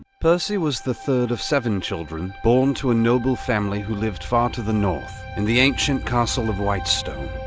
percy was the third of seven children, born to a noble family who lived far to the north in the ancient castle of whitestone.